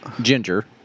ginger